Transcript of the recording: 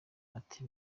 ati